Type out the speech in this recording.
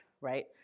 right